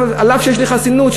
אף שיש לי חסינות,